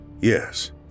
Yes